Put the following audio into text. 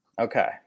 Okay